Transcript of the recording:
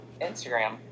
Instagram